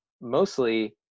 Mostly